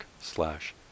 slash